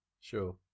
Sure